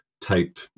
type